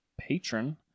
patron